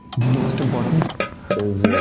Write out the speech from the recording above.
most important is, ah,